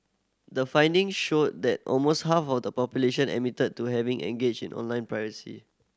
the findings showed that almost half of the population admitted to having engaged in online piracy